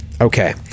Okay